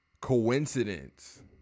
coincidence